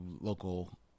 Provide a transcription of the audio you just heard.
local